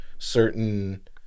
Certain